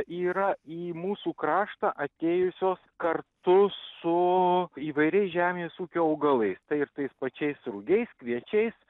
yra į mūsų kraštą atėjusios kartu su įvairiais žemės ūkio augalais tai ir tais pačiais rugiais kviečiais